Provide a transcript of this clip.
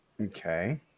okay